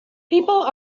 people